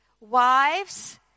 Wives